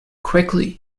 quickly